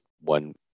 one